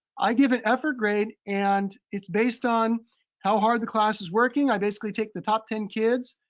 i give an effort grade and it's based on how hard the class is working. i basically take the top ten kids.